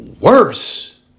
worse